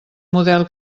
model